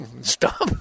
Stop